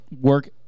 Work